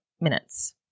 minutes